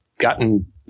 gotten